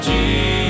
Jesus